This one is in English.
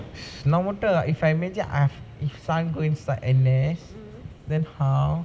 நா மட்டு:naa mattu if I imagine I if sun go in for N_S then how